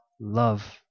love